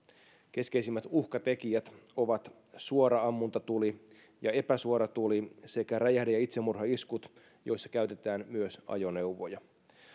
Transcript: keskeisimmät uhkatekijät ovat suora ammuntatuli ja epäsuora tuli sekä räjähde ja itsemurhaiskut joissa käytetään myös ajoneuvoja